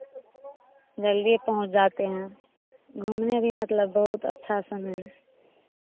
जल्दिए पहुँच जाते हैं घूमने के भी मतलब बहुत अच्छा समय है